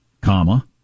comma